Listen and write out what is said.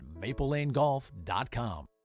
MapleLaneGolf.com